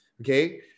okay